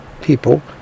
People